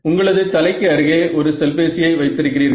உங்களது தலைக்கு அருகே ஒரு செல்பேசியை வைத்திருக்கிறீர்கள்